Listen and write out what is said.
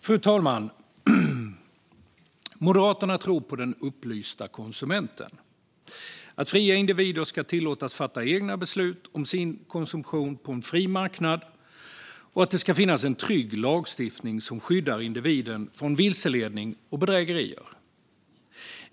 Fru talman! Moderaterna tror på den upplysta konsumenten, att fria individer ska tillåtas att fatta egna beslut om sin konsumtion på en fri marknad och att det ska finnas en trygg lagstiftning som skyddar individen från vilseledning och bedrägerier.